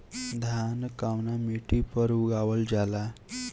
धान कवना मिट्टी पर उगावल जाला?